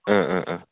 ओह ओह ओह